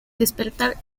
despertar